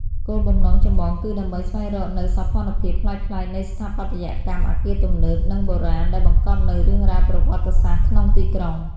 គោលបំណងចម្បងគឺដើម្បីស្វែងរកនូវសោភ័ណភាពប្លែកៗនៃស្ថាបត្យកម្មអាគារទំនើប និងបុរាណដែលបង្កប់នូវរឿងរ៉ាវប្រវត្តិសាស្ត្រក្នុងទីក្រុង។